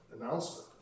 announcement